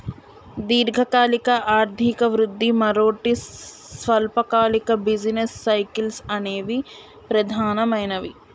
దీర్ఘకాలిక ఆర్థిక వృద్ధి, మరోటి స్వల్పకాలిక బిజినెస్ సైకిల్స్ అనేవి ప్రధానమైనవి